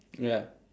ya